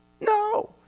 No